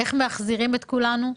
איך מחזירים את כולנו?